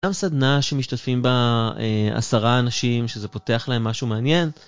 גם סדנה שמשתתפים בה עשרה אנשים שזה פותח להם משהו מעניין.